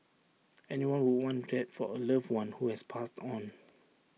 anyone would want that for A loved one who has passed on